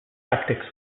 tactics